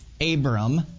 Abram